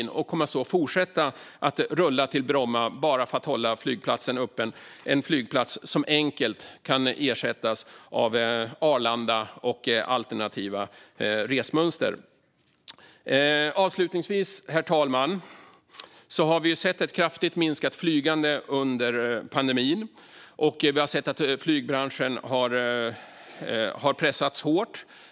Skattepengar kommer att fortsätta att rulla till Bromma bara för att hålla flygplatsen öppen - en flygplats som enkelt kan ersättas av Arlanda och alternativa resmönster. Avslutningsvis, herr talman, har vi alltså sett ett kraftigt minskat flygande under pandemin. Vi har sett att flygbranschen har pressats hårt.